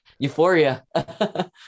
euphoria